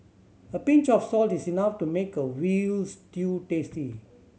a pinch of salt is enough to make a veal stew tasty